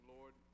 Lord